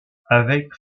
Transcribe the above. avec